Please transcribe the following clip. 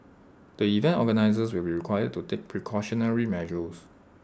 the event organisers will require to take precautionary measures